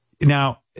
Now